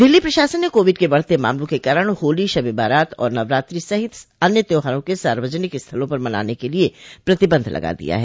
दिल्ली प्रशासन ने कोविड के बढते मामलों के कारण होली शब ए बरात और नवरात्री सहित अन्य त्यौहारों के सार्वजनिक स्थलों पर मनाने के लिए प्रतिबंध लगा दिया है